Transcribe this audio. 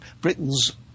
Britain's